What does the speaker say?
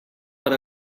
per